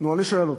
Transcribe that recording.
נו, אני שואל אתכם.